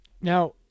Now